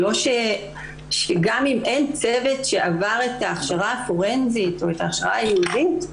גם אם אין צוות שעבר את ההכשרה הפורנזית או ההכשרה הייעודית,